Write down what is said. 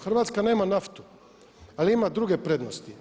Hrvatska nema naftu ali ima drugih prednosti.